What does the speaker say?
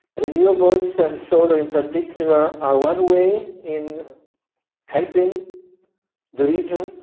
renewables and solar in particular are one way in helping the region,